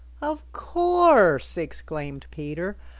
of course, exclaimed peter.